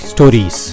Stories